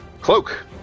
Cloak